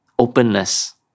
openness